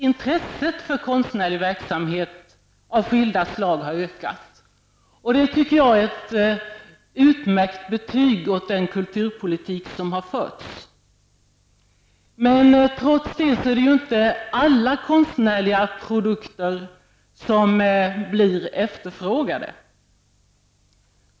Intresset för konstnärlig verksamhet av skilda slag har ökat, och det tycker jag är ett utmärkt betyg åt den kulturpolitik som har förts. Men trots det blir ju inte alla konstnärliga produkter efterfrågade.